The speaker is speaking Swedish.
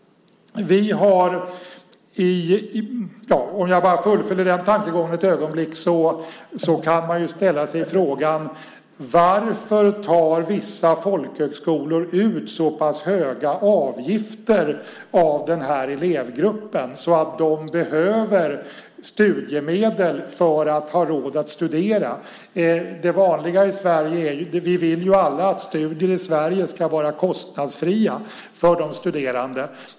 Om jag fullföljer den tankegången ytterligare ett ögonblick kan man också ställa sig frågan: Varför tar vissa folkhögskolor ut så pass höga avgifter av den elevgruppen att de behöver studiemedel för att ha råd att studera? Det vanliga i Sverige är - och så vill vi alla ha det - att studier ska vara kostnadsfria för de studerande.